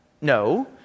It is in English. No